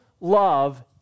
love